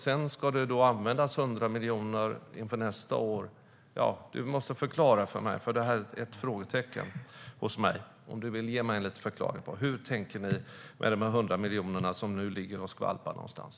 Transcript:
Sedan ska 100 miljoner användas inför nästa år. Du måste ge mig en förklaring om hur ni tänker med de 100 miljoner som nu ligger och skvalpar någonstans.